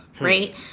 right